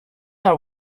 are